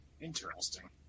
Interesting